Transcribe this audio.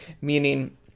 meaning